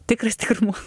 tikras tikrumu